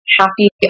happy